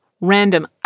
random